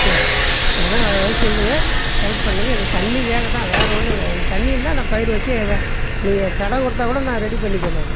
என்ன எதுனா வழி சொல்லுங்க ஹெல்ப் பண்ணுங்க எனக்கு தண்ணிக்காக தான் வேறே ஒன்றும் இல்லை எனக்கு தண்ணி இருந்தால் நான் பயிறு வச்சு எதோ நீங்கள் கடன் கொடுத்தா கூட நான் ரெடி பண்ணிக்குவேன் நானு